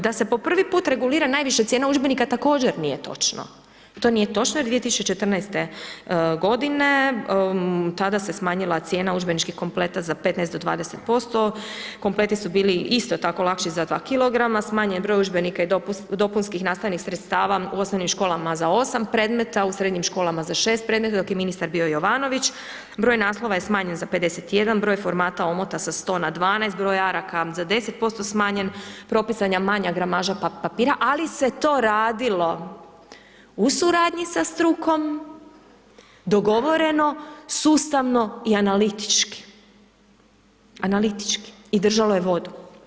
Da se po prvi put regulira najviše cijena udžbenika, također nije točno, to nije točno, jer 2014. g. tada se je smanjila cijena udžbenika kompleta za 15-20% kompleti su bili isto tako lakši za 2 kg, smanjen je broj udžbenika i dopunskih nastavnih sredstava u osnovnih školama za 8 predmeta, u srednjim školama za 6 predmeta, dok je ministar bio Jovanović, broj naslova je smanjen za 51, broj formata omota sa 100 na 12 broj akraka za 10% smanjen, propisan je manja gramaža papira, ali se to radilo u suradnji sa strukom, dogovoreno, sustavno i analitički, analitički i držalo je vodu.